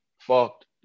fucked